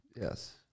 Yes